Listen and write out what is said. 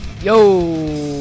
Yo